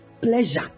pleasure